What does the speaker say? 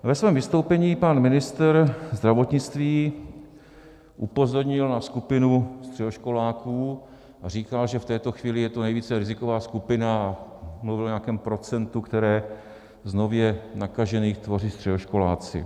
Ve svém vystoupení pan ministr zdravotnictví upozornil na skupinu středoškoláků a říkal, že v této chvíli je to nejvíce riziková skupina, mluvil o nějakém procentu, které z nově nakažených tvoří středoškoláci.